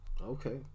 Okay